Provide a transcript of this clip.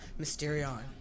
Mysterion